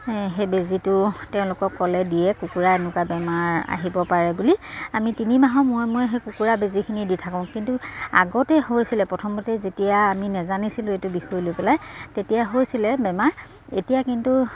সেই বেজীটো তেওঁলোকক ক'লে দিয়ে কুকুৰা এনেকুৱা বেমাৰ আহিব পাৰে বুলি আমি তিনিমাহৰ মূৰে মূৰে সেই কুকুৰা বেজিখিনি দি থাকোঁ কিন্তু আগতে হৈছিলে প্ৰথমতে যেতিয়া আমি নেজানিছিলোঁ এইটো বিষয় লৈ পেলাই তেতিয়া হৈছিলে বেমাৰ এতিয়া কিন্তু